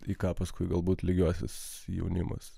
į ką paskui galbūt lygiuosis jaunimas